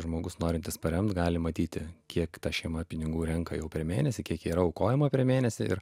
žmogus norintis paremti gali matyti kiek ta šeima pinigų renka jau per mėnesį kiek yra aukojama per mėnesį ir